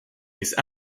ace